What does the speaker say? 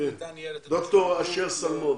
ד"ר אשר סלמון.